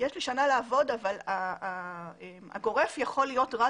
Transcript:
יש לי שנה לעבוד אבל הגורף יכול להיות רק